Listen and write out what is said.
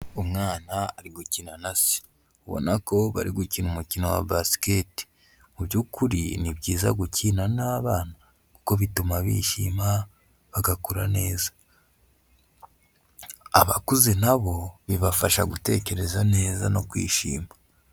Umwana ari gukina na se ubona ko bari gukina umukino wa basiketi. Mu by'ukuri ni byiza gukina n'abana kuko bituma bishima bagakura neza. Abakuze na bo bibafasha gutekereza neza no kwishima.